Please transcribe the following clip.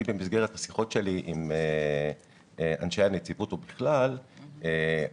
במסגרת השיחות שלי עם אנשי הנציבות ובכלל התחייבתי,